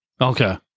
okay